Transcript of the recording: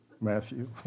Matthew